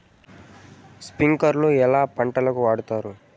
స్ప్రింక్లర్లు ఎట్లా పంటలకు వాడుతారు?